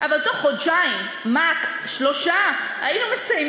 חס ושלום, אנחנו נגד, נגד, נגד.